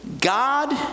God